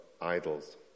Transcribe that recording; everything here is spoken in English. idols